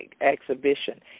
exhibition